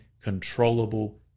controllable